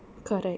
correct